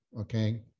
Okay